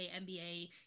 NBA